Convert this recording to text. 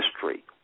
history